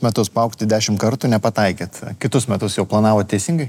metus paaugti dešimt kartų nepataikėt kitus metus jau planavo teisingai